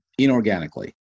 inorganically